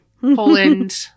Poland